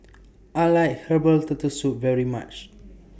I like Herbal Turtle Soup very much